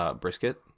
brisket